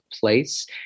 place